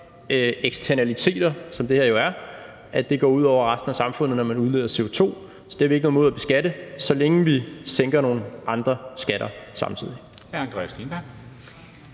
eksternaliteter, som det her jo er, fordi det går ud over resten af samfundet, når man udleder CO2. Så det har vi ikke noget imod at beskatte, så længe vi sænker nogle andre skatter samtidig.